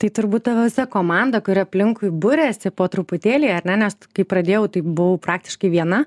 tai turbūt ta visa komanda kuri aplinkui buriasi po truputėlį ar ne nes kai pradėjau tai buvau praktiškai viena